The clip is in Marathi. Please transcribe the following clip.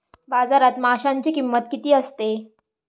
बाजारात माशांची किंमत किती असते?